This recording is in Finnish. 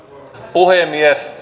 puhemies